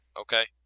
Okay